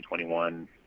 2021